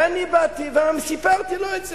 ואני באתי וסיפרתי לו את זה,